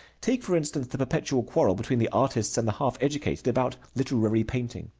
take, for instance, the perpetual quarrel between the artists and the half-educated about literary painting.